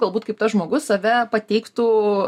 galbūt kaip tas žmogus save pateiktų